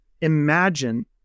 imagine